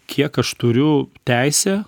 kiek aš turiu teisę